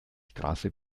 straße